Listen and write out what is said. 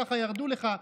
ככה ירדו לך.